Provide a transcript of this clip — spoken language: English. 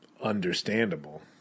understandable